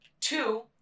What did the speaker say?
Two